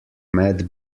met